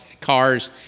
cars